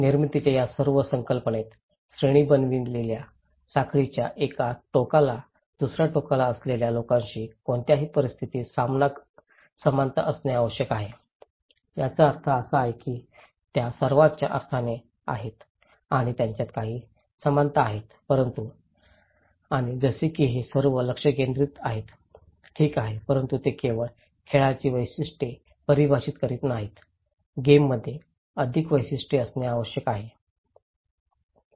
निर्मितीच्या या सर्व संकल्पनेत श्रेणी बनविलेल्या साखळीच्या एका टोकाला दुसर्या टोकाला असलेल्या लोकांशी कोणत्याही परिस्थितीत समानता असणे आवश्यक नाही याचा अर्थ असा की त्या सर्वांच्या अर्थाने आहेत आणि त्यांच्यात काही समानता आहेत परंतु आणि जसे की हे सर्व लक्ष्य केंद्रित आहेत ठीक आहे परंतु ते केवळ खेळाची वैशिष्ट्येच परिभाषित करीत नाहीत गेममध्ये अधिक वैशिष्ट्ये असणे आवश्यक आहे